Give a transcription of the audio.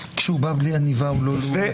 כשהוא בא בלי עניבה הוא לא לעומתי.